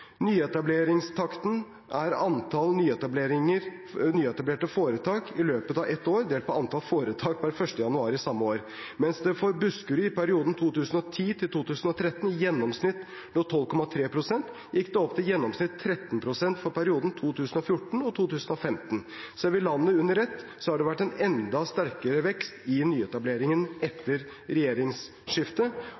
Nyetableringstakten er antall nyetablerte foretak i løpet av ett år delt på antall foretak per 1. januar samme år. Mens den for Buskerud i perioden 2010 til 2013 i gjennomsnitt lå på 12,3 pst., gikk den opp til i gjennomsnitt 13,0 pst. for perioden 2014 til 2015. Ser vi landet under ett, har det vært en enda sterkere vekst i nyetableringen